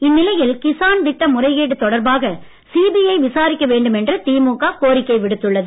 இந்நிலையில் கிசான் திட்ட முறைகேடு தொடர்பாக சிபிஐ விசாரிக்க வேண்டும் என்று திமுக கோரிக்கை விடுத்துள்ளது